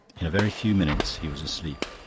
in a very few minutes he was asleep.